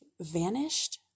vanished